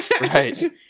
Right